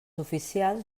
oficials